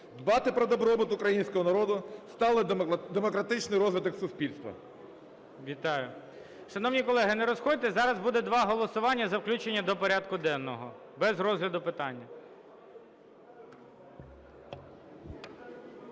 дбати про добробут Українського народу, сталий демократичний розвиток суспільства.